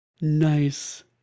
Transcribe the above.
Nice